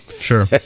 Sure